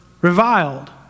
reviled